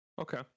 Okay